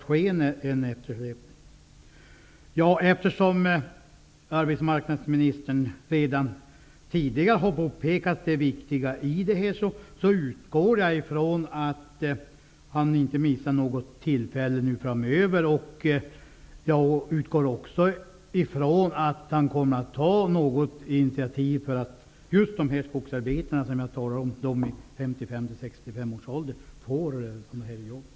Eftersom arbetsmarknadsministern redan tidigare har påpekat det viktiga i detta sammanhang, utgår jag från att han inte framöver missar något tillfälle. Jag utgår också från att han kommer att ta initiativ för att just de skogsarbetare i 55--65-årsåldern får de här jobben.